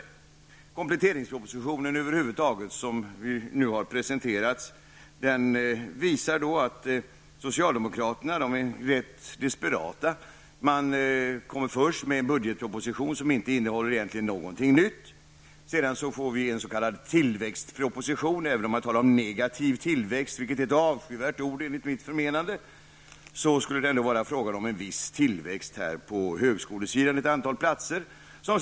Den kompletteringsproposition som nu har presenterats visar över huvud taget att socialdemokraterna är rätt desperata. De kommer först med en budgetproposition som egentligen inte innehåller någonting nytt. Sedan får vi en s.k. tillväxtproposition, även om man talar om negativ tillväxt, vilket är ett avskyvärt ord enligt mitt förmenande, skulle det ändå vara fråga om en viss tillväxt med ett antal platser på högskolan.